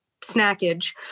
snackage